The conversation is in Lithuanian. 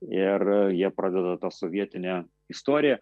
ir jie pradeda tą sovietinę istoriją